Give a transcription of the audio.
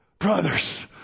Brothers